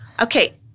okay